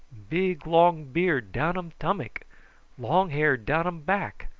big long beard down um tummuck long hair down um back.